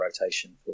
rotation